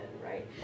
right